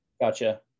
Gotcha